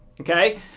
Okay